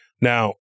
Now